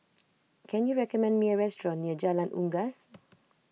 can you recommend me a restaurant near Jalan Unggas